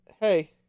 hey